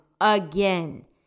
again